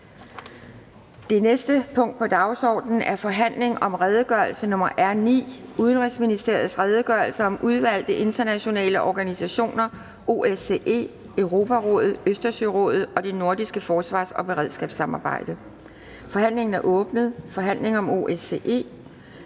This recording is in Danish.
Det næste punkt på dagsordenen er: 14) Forhandling om redegørelse nr. R 9: Udenrigsministerens redegørelse om udvalgte internationale organisationer (OSCE, Europarådet, Østersørådet og det nordiske forsvars- og beredskabssamarbejde). (Anmeldelse 12.03.2020.